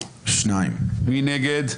מי נגד?